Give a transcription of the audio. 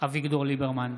אביגדור ליברמן,